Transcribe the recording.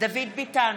דוד ביטן,